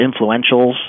influentials